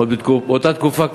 עוד באותה תקופה.